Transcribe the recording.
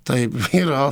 taip yra